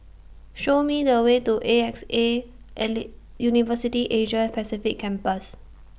Show Me The Way to A X A University Asia Pacific Campus